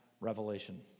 revelation